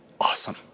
awesome